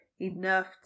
enough